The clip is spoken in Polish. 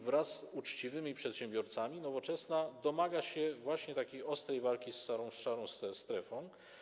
Wraz z uczciwymi przedsiębiorcami Nowoczesna domaga się właśnie takiej ostrej walki z szarą strefą.